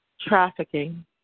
trafficking